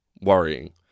worrying